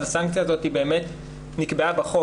אז הסנקציה הזאת היא באמת נקבעה בחוק.